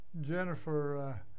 Jennifer